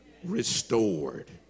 Restored